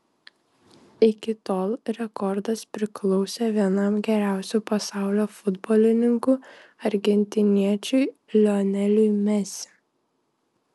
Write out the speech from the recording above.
iki tol rekordas priklausė vienam geriausių pasaulio futbolininkų argentiniečiui lioneliui mesi